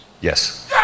Yes